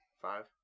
Five